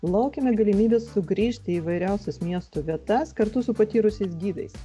laukiame galimybės sugrįžti į įvairiausias miesto vietas kartu su patyrusiais gidais